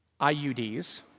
IUDs